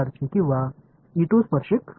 N க்கு செங்குத்தாக interface இருக்கிறது